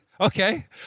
Okay